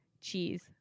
cheese